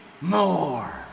more